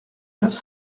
neuf